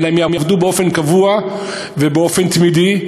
אלא הם יעבדו באופן קבוע ובאופן תמידי,